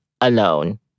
alone